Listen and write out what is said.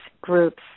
groups